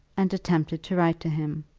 and attempted to write to him.